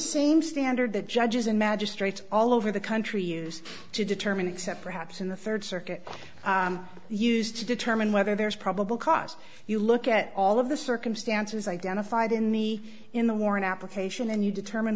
same standard that judges and magistrates all over the country use to determine except perhaps in the third circuit used to determine whether there's probable cause you look at all of the circumstances identified in the in the warrant application and you determine